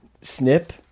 snip